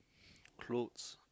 clothes